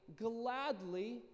gladly